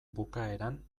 bukaeran